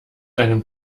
einem